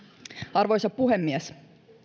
arvoisa puhemies